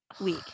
week